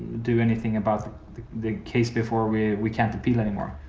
do anything about the case before we we can't appeal anymore.